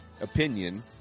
opinion